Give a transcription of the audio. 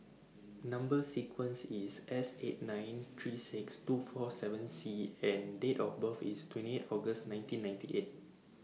Number sequence IS S eight nine three six two four seven C and Date of birth IS twenty eight August nineteen ninety eight